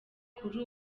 kuri